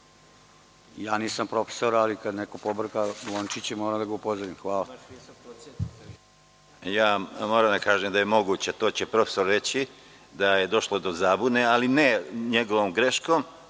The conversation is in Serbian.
Nisam profesor, ali kad neko pobrka lončiće moram da ga upozorim. Hvala. **Konstantin Arsenović** Moram da kažem da je to moguće. To će profesor reći, da je došlo do zabune, ali ne njegovom greškom.